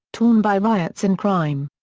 torn by riots and crime.